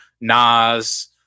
Nas